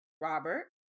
Robert